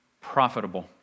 profitable